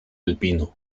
alpino